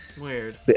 Weird